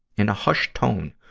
in a hushed tone,